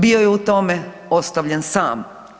Bio je u tome ostavljen sam.